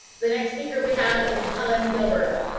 the next speaker we have is helen gilbert.